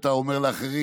לאחרים,